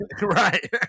Right